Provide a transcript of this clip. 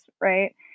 Right